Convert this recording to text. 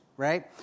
Right